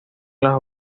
las